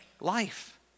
Life